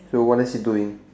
so what is he doing